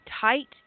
tight